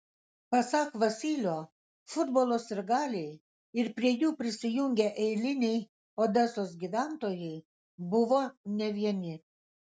pasak vasylio futbolo sirgaliai ir prie jų prisijungę eiliniai odesos gyventojai buvo ne vieni